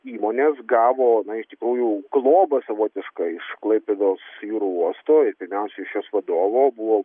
įmonės gavo na iš tikrųjų globą savotišką iš klaipėdos jūrų uosto ir pirmiausia iš jos vadovo buvo